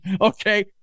Okay